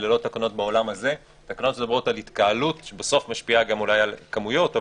התקנות האלה מדברות על התקהלות שבסוף משפיעה גם אולי על כמויות,